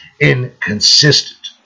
inconsistent